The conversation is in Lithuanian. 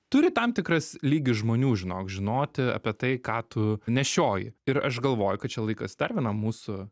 turi tam tikras lygis žmonių žinok žinoti apie tai ką tu nešioji ir aš galvoju kad čia laikas dar vienam mūsų